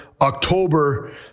October